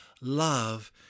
love